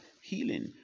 healing